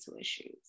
issues